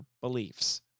beliefs